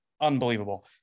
unbelievable